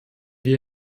wir